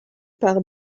par